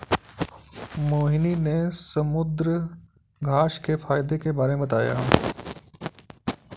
मोहिनी ने समुद्रघास्य के फ़ायदे के बारे में बताया